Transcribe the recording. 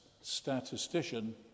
statistician